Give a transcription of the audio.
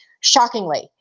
Shockingly